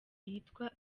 yitwa